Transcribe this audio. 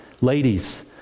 Ladies